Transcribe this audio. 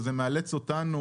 וזה מאלץ אותנו,